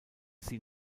sie